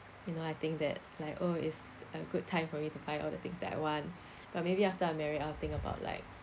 you know I think that like oh it's a good time for me to buy all the things that I want but maybe after I'm married I'll think about like